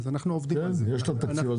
כן, יש לה תקציב.